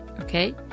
Okay